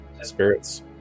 spirits